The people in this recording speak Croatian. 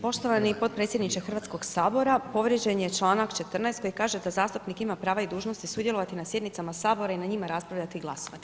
Poštovani potpredsjedniče Hrvatskog sabora, povrijeđen je Članak 14. koji kaže da zastupnik ima prava i dužnosti sudjelovati na sjednicama sabora i na njima raspravljati i glasovati.